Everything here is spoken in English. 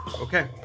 Okay